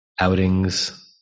Outings